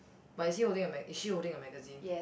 but is he holding a mag~ is she holding a magazine